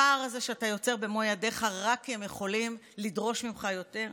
הפער הזה שאתה יוצר במו ידיך רק כי הם יכולים לדרוש ממך יותר?